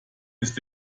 ist